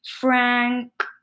Frank